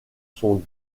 sont